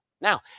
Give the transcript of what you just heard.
Now